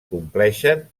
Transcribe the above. compleixen